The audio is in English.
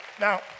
Now